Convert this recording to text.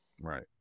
Right